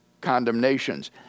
condemnations